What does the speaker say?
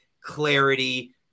clarity